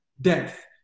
death